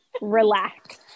relax